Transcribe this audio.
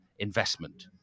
Investment